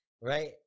Right